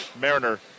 Mariner